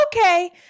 okay